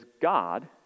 God